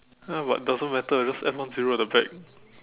ya but doesn't matter just add one zero at the back